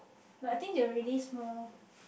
like I think they release more